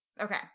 Okay